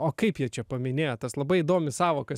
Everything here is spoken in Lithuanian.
o kaip jie čia paminėjo tas labai įdomi sąvoka